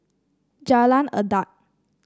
Jalan Adat